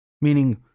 Meaning